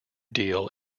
deal